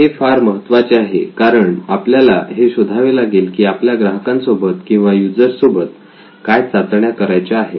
हे फार महत्वाचे आहे कारण आपल्याला हे शोधावे लागेल की आपल्याला ग्राहकांसोबत किंवा युजर्स सोबत काय चाचण्या करायच्या आहेत